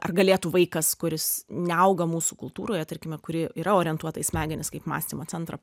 ar galėtų vaikas kuris neauga mūsų kultūroje tarkime kuri yra orientuota į smegenis kaip mąstymo centrą